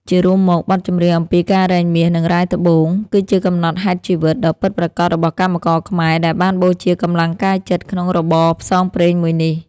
ជារួមមក បទចម្រៀងអំពីការរែងមាស និងរ៉ែត្បូង គឺជាកំណត់ហេតុជីវិត ដ៏ពិតប្រាកដរបស់កម្មករខ្មែរដែលបានបូជាកម្លាំងកាយចិត្តក្នុងរបរផ្សងព្រេងមួយនេះ។